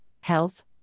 health